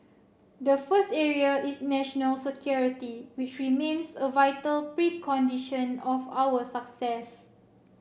the first area is national security which remains a vital precondition of our success